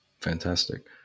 Fantastic